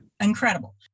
Incredible